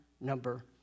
number